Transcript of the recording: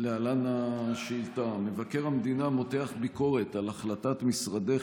להלן השאילתה: מבקר המדינה מותח ביקורת על החלטת משרדך